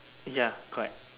ya correct